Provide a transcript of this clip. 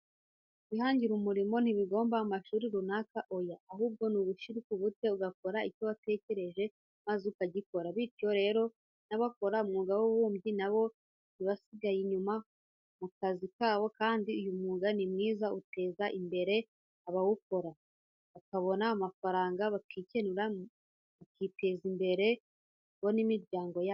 Kwihangira uburimo ntibigomba amashuri runaka oya, ahubwo ni ugushiruka ubute ugakora icyo watekereje maze ukagikora, bityo rero n'abakora umwuga w'ububumbyi na bo ntibasigaye inyuma mu kazi kabo kandi uyu mwuga ni mwiza uteza imbere abawukora, bakabona amafaranga bakikenura bakiteza imbere bo n'imiryango yabo.